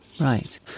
Right